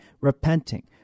repenting